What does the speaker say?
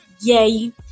yay